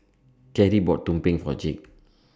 Carie bought Tumpeng For Jake